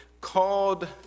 Called